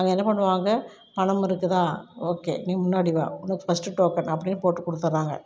அங்கே என்ன பண்ணுவாங்க பணம் இருக்குதா ஓகே நீ முன்னாடி வா உனக்கு ஃபர்ஸ்ட்டு டோக்கன் அப்படின்னு போட்டு கொடுத்தர்றாங்க